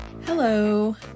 Hello